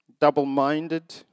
double-minded